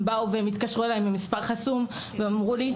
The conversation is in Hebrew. הם התקשרו אליי ממספר חסום ואמרו לי,